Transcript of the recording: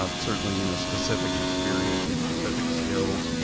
um certainly, you know specific experience and specific skills,